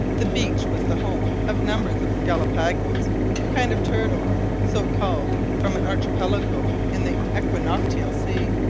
the beach was the home of numbers of galapagos a kind of turtle so called from an archipelago in the equinoctial sea,